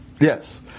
Yes